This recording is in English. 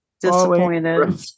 Disappointed